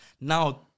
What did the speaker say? now